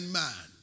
man